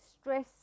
stress